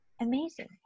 Amazing